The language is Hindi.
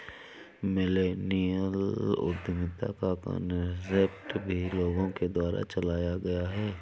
मिल्लेनियल उद्यमिता का कान्सेप्ट भी लोगों के द्वारा चलाया गया है